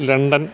London